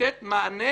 לתת מענה,